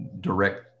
direct